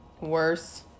Worse